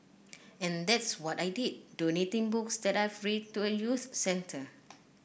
in that's what I did donating books that I've read to a youth centre